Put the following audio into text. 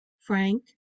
Frank